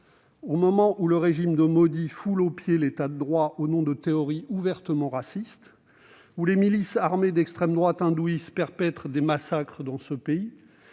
au moment où le régime de Modi foule aux pieds l'État de droit au nom de théories ouvertement racistes, où les milices armées d'extrême droite hindouiste perpètrent des massacres dans ce pays